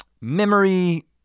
memory